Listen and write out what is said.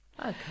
Okay